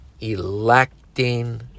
electing